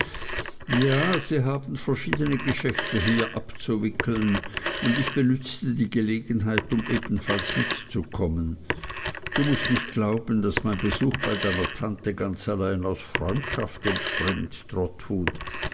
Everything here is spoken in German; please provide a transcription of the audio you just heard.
ja sie haben verschiedene geschäfte hier abzuwickeln und ich benützte die gelegenheit um ebenfalls mitzukommen du mußt nicht glauben daß mein besuch bei deiner tante ganz allein aus freundschaft entspringt